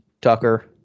Tucker